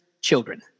children